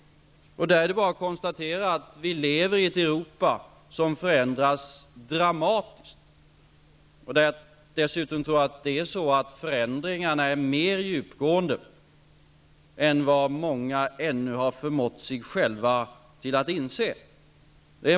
Det är då bara att konstatera att vi lever i ett Europa som förändras dramatiskt. Dessutom tror jag att förändringarna är mer djupgående än vad många ännu har förmått sig själva att inse.